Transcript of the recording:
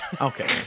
Okay